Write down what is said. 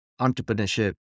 entrepreneurship